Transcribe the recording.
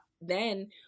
Then-